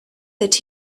that